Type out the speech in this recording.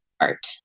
art